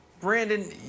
Brandon